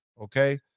Okay